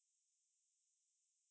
mm